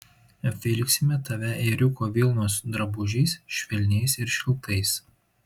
apvilksime tave ėriuko vilnos drabužiais švelniais ir šiltais